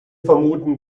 vermuten